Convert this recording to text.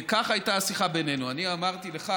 וכך הייתה השיחה בינינו: אני אמרתי לך